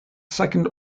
second